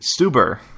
Stuber